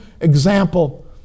example